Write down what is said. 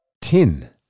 Tin